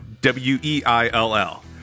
W-E-I-L-L